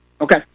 Okay